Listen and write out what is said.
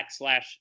backslash